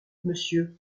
monsieur